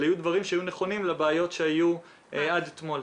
אלה היו דברים שהיו נכונים לבעיות שהיו נכונים עד אתמול.